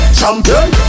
champion